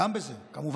גם זה כמובן,